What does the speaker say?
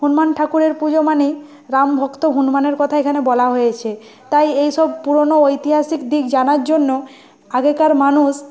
হনুমান ঠাকুরের পুজো মানেই রামভক্ত হনুমানের কথা এখানে বলা হয়েছে তাই এইসব পুরনো ঐতিহাসিক দিক জানার জন্য আগেকার মানুষ